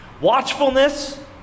Watchfulness